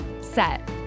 set